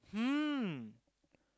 hmm